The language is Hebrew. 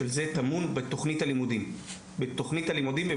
טמון בתכנית הלימודים ובדרישות.